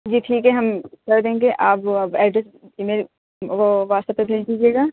جی ٹھیک ہے ہم کر دیں گے آپ اب ایڈریس وہ واٹس ایپ پے بھیج دیجیے گا